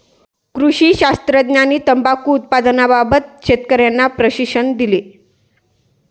कृषी शास्त्रज्ञांनी तंबाखू उत्पादनाबाबत शेतकर्यांना प्रशिक्षण दिले